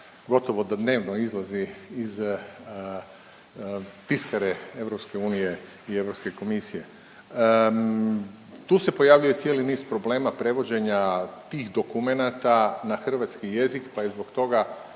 gotovo dnevno izlazi iz tiskare EU i Europske komisije. Tu se pojavljuje cijeli niz problema provođenja tih dokumenata na hrvatski jezik pa je zbog toga